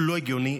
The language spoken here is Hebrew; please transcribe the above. לא הגיוני,